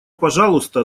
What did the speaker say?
пожалуйста